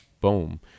boom